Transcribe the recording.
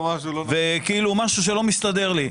זה כאילו משהו שלא מסתדר לי.